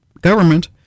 government